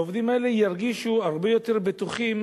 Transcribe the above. העובדים האלה ירגישו הרבה יותר בטוחים